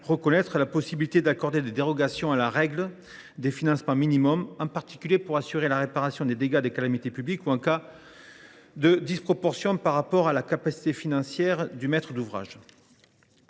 reconnaître la possibilité d’accorder des dérogations à la règle du financement minimum, en particulier pour assurer la réparation des dégâts survenus à la suite d’une calamité publique ou en cas de disproportion par rapport à la capacité financière du maître d’ouvrage.